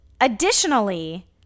additionally